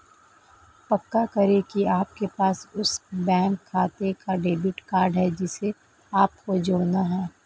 पक्का करें की आपके पास उस बैंक खाते का डेबिट कार्ड है जिसे आपको जोड़ना है